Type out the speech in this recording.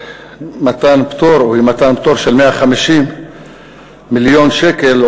מתן פטור או אי-מתן פטור של 150 מיליון שקל,